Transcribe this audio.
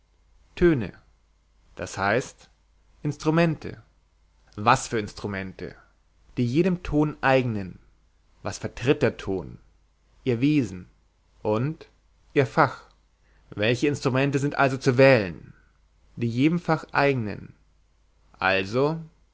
töne d h instrumente was für instrumente die jedem ton eigenen was vertritt der ton ihr wesen und ihr fach welche instrumente sind also zu wählen die jedem fach eigenen also